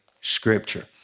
Scripture